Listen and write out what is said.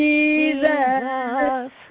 Jesus